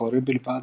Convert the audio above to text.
אחורי בלבד,